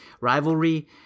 rivalry